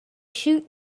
shoot